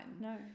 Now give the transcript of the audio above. No